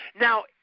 now